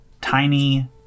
tiny